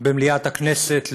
במליאת הכנסת,